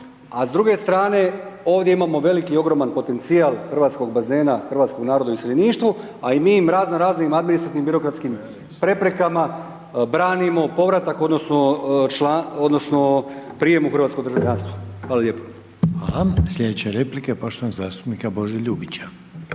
a s druge strane ovdje imamo veliki i ogroman potencijal hrvatskog bazena, hrvatskog naroda u iseljeništvu, a i mi im razno raznim administrativno birokratskim preprekama branimo povratak odnosno članstvo odnosno prijam u hrvatsko državljanstvo. Hvala lijepo. **Reiner, Željko (HDZ)** Hvala, slijedeća replika poštovanog zastupnika Bože Ljubića.